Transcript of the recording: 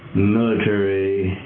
military